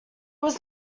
was